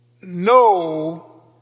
No